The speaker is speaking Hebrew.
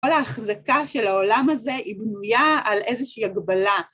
‫כל ההחזקה של העולם הזה ‫היא בנויה על איזושהי הגבלה.